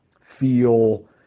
feel